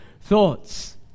thoughts